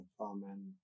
Amen